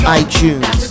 itunes